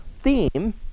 theme